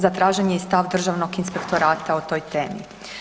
Zatražen je i stav Državnog inspektorata o toj temi.